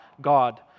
God